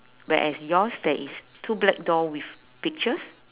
but as yours there is two black door with pictures